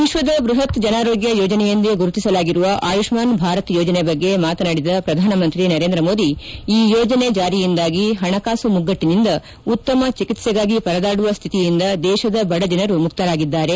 ವಿಶ್ವದ ಬೃಪತ್ ಜನಾರೋಗ್ಯ ಯೋಜನೆಯೆಂದೇ ಗುರುತಿಸಲಾಗಿರುವ ಆಯುಷ್ಮಾನ್ ಭಾರತ್ ಯೋಜನೆ ಬಗ್ಗೆ ಮಾತನಾಡಿದ ಪ್ರಧಾನಮಂತ್ರಿ ನರೇಂದ್ರ ಮೋದಿ ಈ ಯೋಜನೆ ಜಾರಿಯಿಂದಾಗಿ ಪಣಕಾಸು ಮುಗ್ಗಟ್ಸಾಂದ ಉತ್ತಮ ಚಿಕ್ಸೆಗಾಗಿ ಪರದಾಡುವ ಸ್ವಿತಿಯಿಂದ ದೇತದ ಬಡ ಜನರು ಮುಕ್ತರಾಗಿದ್ದಾರೆ